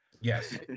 Yes